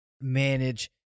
manage